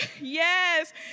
yes